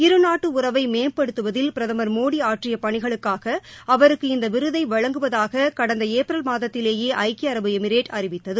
இருநாட்டு உறவை மேம்படுத்துவதில் பிரதமர் மோடி ஆற்றிய பணிகளுக்காக அவருக்கு இந்த விருதை வழங்குவதாக கடந்த ஏப்ரல் மாதத்திலேயே ஐக்கிய அரபு எமிரேட் அறிவித்தது